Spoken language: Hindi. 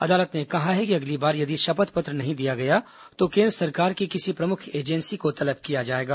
अदालत ने कहा है कि अगली बार यदि शपथ पत्र नहीं दिया गया तो केंद्र सरकार की किसी प्रमुख एजेंसी को तलब किया जाएगा